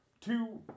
two